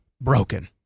broken